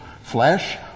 flesh